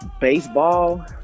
baseball